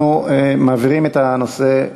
אנחנו מעבירים את הנושא,